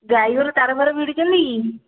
driver ତାର ଫାର ଭିଡ଼ିଛନ୍ତି କି